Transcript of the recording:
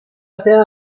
sede